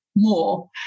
more